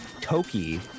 Toki